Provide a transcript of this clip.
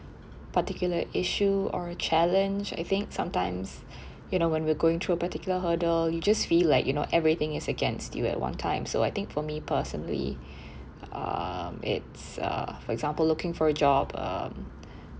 particular issue or a challenge I think sometimes you know when we're going through a particular hurdle you just feel like you know everything is against you at one time so I think for me personally um it's uh for example looking for a job um